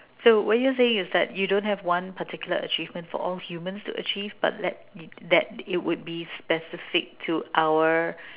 so what you are saying is that you don't have one particular achievement for all humans to achieve but that that it will be specific to our